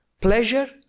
pleasure